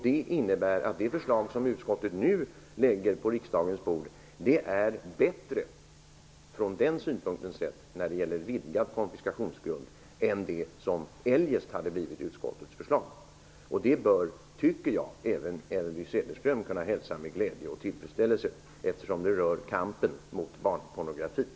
Det innebär att det förslag som utskottet nu lägger på riksdagens bord är bättre när det gäller vidgad konfiskationsgrund än det som eljest hade blivit utskottets förslag. Jag tycker att även Elvy Söderström bör kunna hälsa det med glädje och tillfredsställelse, eftersom det rör kampen mot barnpornografin.